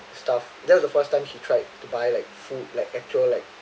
stuff that was the first time she tried to buy like food like actual like